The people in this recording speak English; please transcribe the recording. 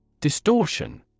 Distortion